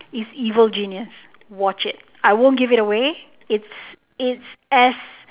is evil genius watch it I won't give it away it's it's as